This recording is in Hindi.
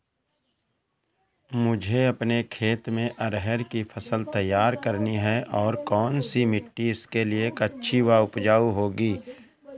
मुझे अपने खेत में अरहर की फसल तैयार करनी है और कौन सी मिट्टी इसके लिए अच्छी व उपजाऊ होगी?